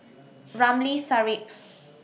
Ramli Sarip